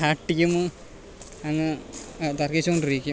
ആ ടീമ് അങ്ങ് തർക്കിച്ചുകൊണ്ടിരിക്കും